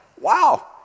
Wow